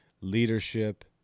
leadership